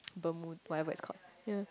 bermu~ whatever it's called yea